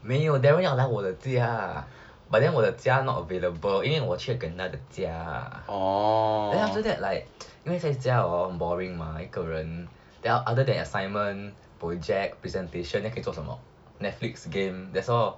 没有 darryl 要来我的家 but then 我的家 not available 因为我去 another 家 then after that like 因为在家很 boring mah 一个人 then are other than assignment project presentation then 可以做什么 netflix game that's all